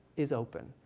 is open.